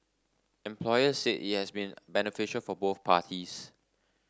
employers said it has been beneficial for both parties